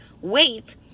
wait